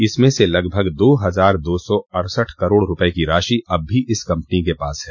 इसमें से लगभग दो हजार दो सौ अड़सठ करोड़ रूपये की राशि अब भी इस कम्पनी के पास है